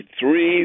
three